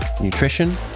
nutrition